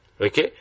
Okay